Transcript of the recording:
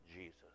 Jesus